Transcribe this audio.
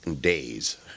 days